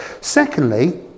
secondly